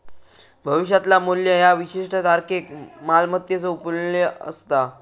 भविष्यातला मू्ल्य ह्या विशिष्ट तारखेक मालमत्तेचो मू्ल्य असता